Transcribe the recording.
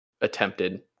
attempted